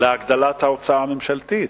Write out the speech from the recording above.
להגדלת ההוצאה הממשלתית.